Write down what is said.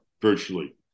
virtually